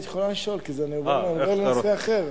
היא יכולה לשאול, כי אני עובר לנושא אחר.